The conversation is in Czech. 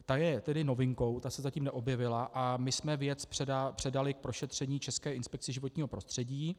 Ta je tedy novinkou, ta se zatím neobjevila a my jsme věc předali k prošetření České inspekci životního prostředí.